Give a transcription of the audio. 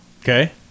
Okay